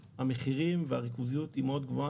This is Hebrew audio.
שהמחירים והריכוזיות הם מאוד גבוהים,